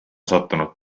sattunud